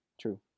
true